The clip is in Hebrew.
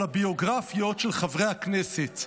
על הביוגרפיות של חברי הכנסת,